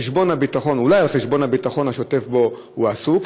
אולי על חשבון הביטחון השוטף שבו הוא עסוק?